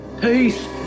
Peace